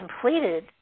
completed